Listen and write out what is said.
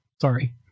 sorry